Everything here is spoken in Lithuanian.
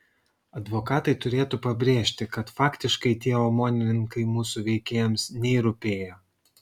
advokatai turėtų pabrėžti kad faktiškai tie omonininkai mūsų veikėjams nei rūpėjo